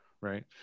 Right